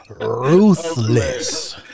Ruthless